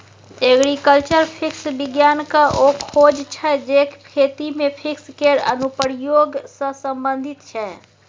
agriculture physics बिज्ञानक ओ शाखा छै जे खेती मे फिजिक्स केर अनुप्रयोग सँ संबंधित छै